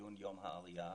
בציון יום העלייה.